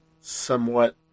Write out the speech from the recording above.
somewhat